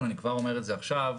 אני כבר אומר את זה עכשיו,